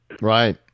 right